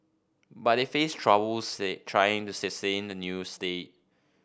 but they face troubles trying to sustain the new state